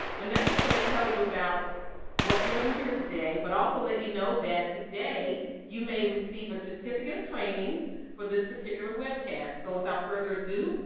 vanessa's going to tell you about what you're going to hear today, but also let you know that today you may receive a certificate of training for this particular webcast. so without further ado,